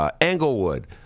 Englewood